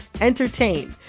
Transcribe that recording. entertain